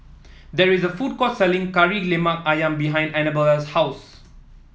there is a food court selling Kari Lemak ayam behind Anabella's house